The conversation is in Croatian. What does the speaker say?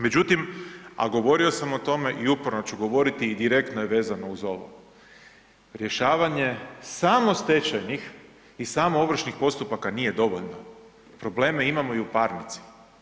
Međutim, a govorio sam o tome i uporno ću govoriti i direktno je vezano uz ovo, rješavanje samo stečajnih i samo ovršnih postupaka nije dovoljno, probleme imamo i u parnici.